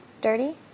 Dirty